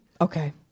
Okay